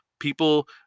people